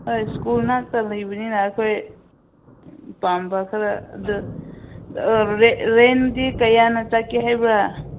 ꯍꯣꯏ ꯁ꯭ꯀꯨꯜ ꯅꯥꯛꯇ ꯂꯩꯕꯅꯤꯅ ꯑꯩꯈꯣꯏ ꯄꯥꯝꯕ ꯈꯔ ꯑꯗꯨ ꯔꯦꯟꯠ ꯔꯦꯟꯠꯇꯤ ꯀꯌꯥꯅ ꯆꯠꯀꯦ ꯍꯥꯏꯕ꯭ꯔꯥ